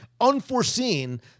unforeseen